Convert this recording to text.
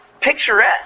picturesque